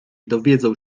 dowiedzą